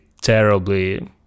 terribly